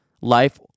life